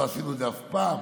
לא עשינו את זה אף פעם.